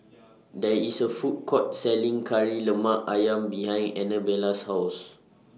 There IS A Food Court Selling Kari Lemak Ayam behind Anabella's House